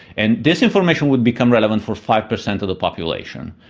and this information would become relevant for five per cent of the population.